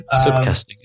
Subcasting